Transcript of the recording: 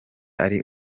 ari